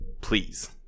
Please